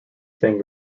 thing